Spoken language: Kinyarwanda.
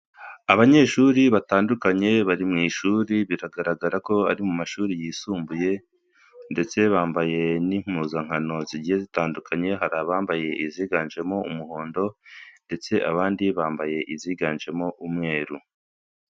Abanyeshuri batandukanye bari mu ishuri, biragaragara ko ari mu mashuri ryisumbuye ndetse bambaye n'impuzankano zigiye zitandukanye hari abambaye iziganjemo umuhondo ndetse abandi bambaye iziganjemo umweru.